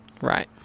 Right